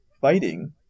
fighting